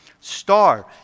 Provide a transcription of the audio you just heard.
star